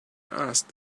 asked